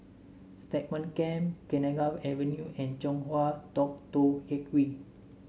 Stagmont Camp Kenanga Avenue and Chong Hua Tong Tou Teck Hwee